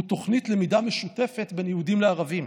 הוא תוכנית למידה משותפת בין יהודים לערבים,